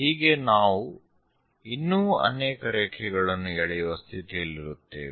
ಹೀಗೆ ನಾವು ಇನ್ನೂ ಅನೇಕ ರೇಖೆಗಳನ್ನು ಎಳೆಯುವ ಸ್ಥಿತಿಯಲ್ಲಿರುತ್ತೇವೆ